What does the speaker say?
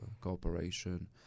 cooperation